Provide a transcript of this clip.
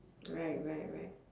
right right right